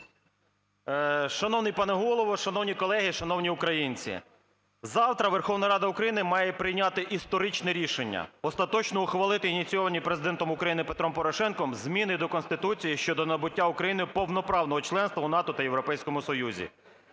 Шановний пане Голово! Шановні колеги! Шановні українці! Завтра Верховна Ради України має прийняти історичне рішення: остаточно ухвалити ініційовані Президентом України Петром Порошенком зміни до Конституції щодо набуття Україною повноправного членства в НАТО та Європейському Союзі.